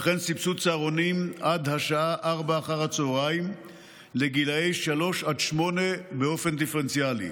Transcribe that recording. וכן סבסוד צהרונים עד השעה 16:00 לגילי שלוש עד שמונה באופן דיפרנציאלי.